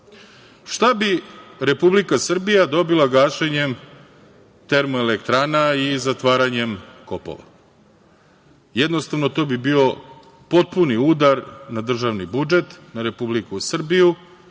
Šta bi Republika Srbija dobila gašenjem termoelektrana i zatvaranjem kopova? Jednostavno, to bi bio potpuni udar na državni budžet, na Republiku Srbiju,